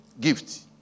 gift